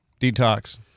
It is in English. Detox